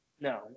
no